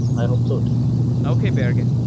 i hope so too okay, boerge.